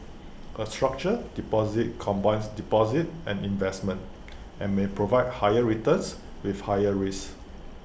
A structured deposit combines deposits and investments and may provide higher returns with higher risks